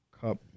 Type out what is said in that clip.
Cup